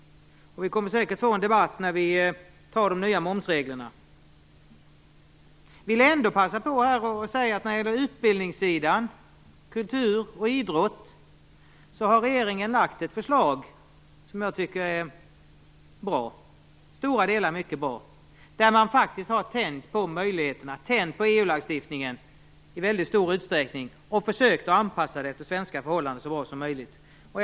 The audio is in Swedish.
Vi kommer säkert att få en debatt om de nya momsreglerna. När det gäller utbildning, kultur och idrott har regeringen lagt ett förslag som jag tycker är bra till stora delar. Man har där faktiskt tänjt på EU-lagstiftningen i stor utsträckning och försökt att anpassa den så bra som möjligt till svenska förhållanden.